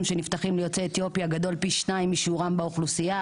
שנפתחים ליוצאי אתיופיה גדול פי שניים משיעורם באוכלוסייה,